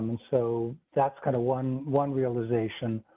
and so that's kind of one, one realization.